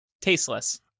tasteless